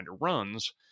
runs